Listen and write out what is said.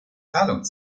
zahlung